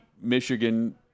Michigan